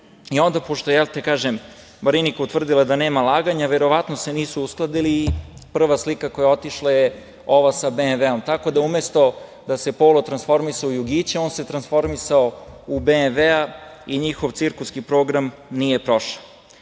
uložio. Pošto je Marinika utvrdila da nema laganja, verovatno se nisu uskladili i prva slika koja je otišla je ova sa BMW, tako da umesto da se polo transformisao u jugića, on se transformisao u BMW i njihov cirkuski program nije prošao. Kad